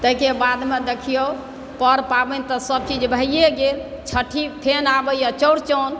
ताहिके बादमे देखियौ पर पाबनि तऽ सभचीज भैए गेल छठि फेर आबैए चौड़चन